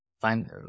find